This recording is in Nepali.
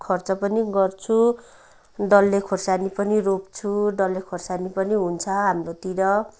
खर्च पनि गर्छु डल्ले खोर्सानी पनि रोप्छु डल्ले खोर्सानी पनि हुन्छ हाम्रोतिर